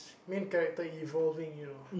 main character evolving you know